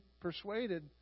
persuaded